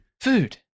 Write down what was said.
Food